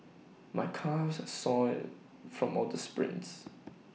my calves are sore from all the sprints